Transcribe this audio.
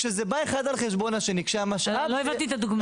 כשזה בא אחד על חשבון השני, לא הבנתי את הדוגמה.